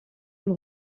elle